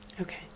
Okay